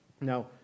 Now